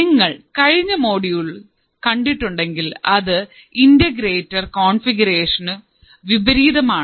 നിങ്ങൾ കഴിഞ്ഞ മോഡ്യൂൾ കണ്ടിട്ടുണ്ടെങ്കിൽ അത് ഇന്റഗ്രേറ്റർ കോൺഫിഗറേഷനു വിപരീതമാണ്